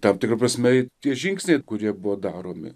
tam tikra prasme tie žingsniai kurie buvo daromi